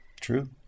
True